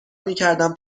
میکردم